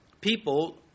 people